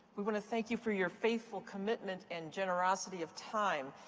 we want to thank you for your faithful commitment and generosity of time.